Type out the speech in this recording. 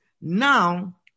Now